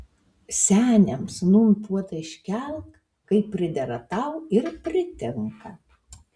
seniams nūn puotą iškelk kaip pridera tau ir pritinka